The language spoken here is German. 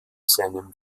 seinem